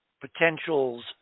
potentials